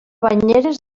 banyeres